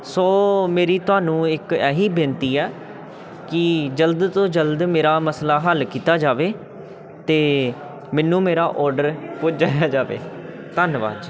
ਸੋ ਮੇਰੀ ਤੁਹਾਨੂੰ ਇੱਕ ਇਹ ਹੀ ਬੇਨਤੀ ਆ ਕਿ ਜਲਦ ਤੋਂ ਜਲਦ ਮੇਰਾ ਮਸਲਾ ਹੱਲ ਕੀਤਾ ਜਾਵੇ ਅਤੇ ਮੈਨੂੰ ਮੇਰਾ ਔਡਰ ਪੁਜਾਇਆ ਜਾਵੇ ਧੰਨਵਾਦ